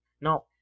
Now